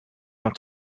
not